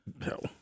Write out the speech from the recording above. No